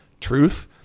truth